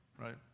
right